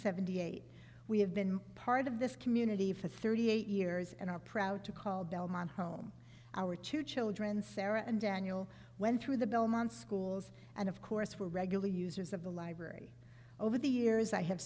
ninety eight we have been part of this community for thirty eight years and are proud to call delmon home our two children sarah and daniel went through the belmont schools and of course were regular users of the library over the years i have